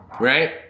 right